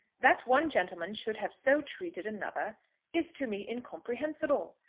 that one gentleman should have so treated another is to me incomprehensible.